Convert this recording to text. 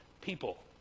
people